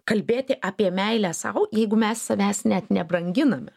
kalbėti apie meilę sau jeigu mes savęs net nebranginame